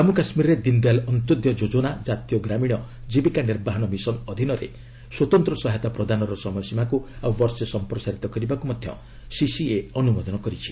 ଜନ୍ମୁ କାଶ୍ମୀରରେ ଦୀନ୍ଦୟାଲ ଅନ୍ତ୍ୟୋଦୟ ଯୋଜନା ଜାତୀୟ ଗ୍ରାମୀଣ ଜୀବିକା ନିର୍ବାହନ ମିଶନ ଅଧୀନରେ ସ୍ୱତନ୍ତ୍ର ସହାୟତା ପ୍ରଦାନର ସମୟସୀମାକୁ ଆଉ ବର୍ଷେ ସମ୍ପ୍ରସାରିତ କରିବାକୁ ସିସିଇଏ ଅନୁମୋଦନ କରିଛି